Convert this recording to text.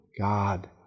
God